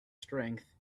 strength